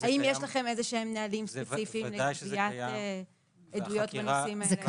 האם יש לכם איזה נהלים ספציפיים לגביית עדויות בנושאים האלה?